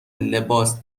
لباس